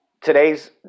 today's